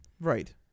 Right